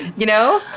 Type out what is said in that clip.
you know?